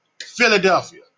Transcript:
Philadelphia